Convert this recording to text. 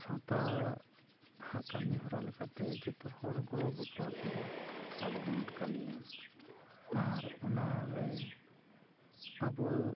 ᱥᱟᱶᱛᱟ ᱦᱟᱜ ᱠᱟᱹᱢᱤᱦᱚᱨᱟ ᱞᱮᱠᱟᱛᱮ ᱡᱚᱛᱚ ᱦᱚᱲ ᱜᱚᱲᱚ ᱜᱚᱯᱚᱲᱚ ᱛᱮ ᱟᱵᱚ ᱵᱚᱱ ᱠᱟᱹᱢᱤᱭᱟ ᱟᱨ ᱚᱱᱟ ᱨᱮ ᱟᱵᱚ